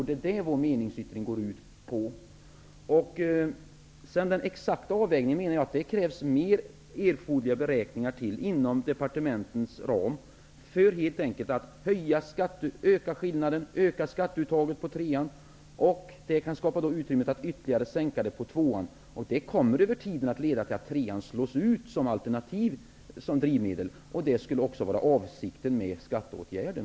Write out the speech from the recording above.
Det är det som vår meningsyttring går ut på. Det krävs mer erforderliga beräkningar, inom departementens ram, för att man skall få fram den exakta avvägningen. Att öka skatteuttaget i klass 3 kan skapa utrymme för att sänka det ytterligare i klass 2. Det leder till att drivmedel i klass 3 slås ut som alternativ, vilket också skulle vara avsikten med skatteåtgärden.